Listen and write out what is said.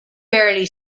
barely